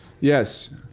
yes